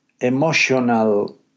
emotional